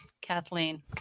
kathleen